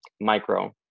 Micro